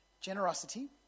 generosity